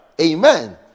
Amen